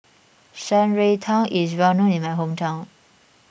Shan Rui Tang is well known in my hometown